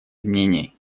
мнений